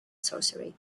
sorcery